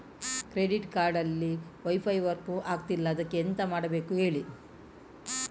credit card ಅಲ್ಲಿ wifi work ಆಗ್ತಿಲ್ಲ ಅದ್ಕೆ ಎಂತ ಮಾಡಬೇಕು ಹೇಳಿ